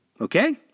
Okay